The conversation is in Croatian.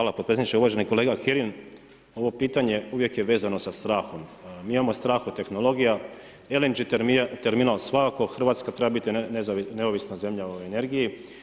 Hvala potpredsjedniče, uvaženi kolega Kirin, ovo pitanje uvijek je vezano sa strahom m imamo strah od tehnologija, LNG terminal svakako, Hrvatska treba biti neovisna zemlja o energiji.